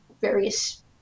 various